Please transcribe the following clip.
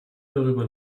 darüber